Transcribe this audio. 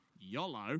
yolo